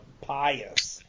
pious